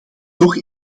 toch